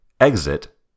Exit